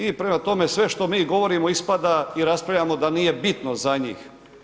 I prema tome, sve što mi govorimo ispada i raspravljamo da nije bitno za njih.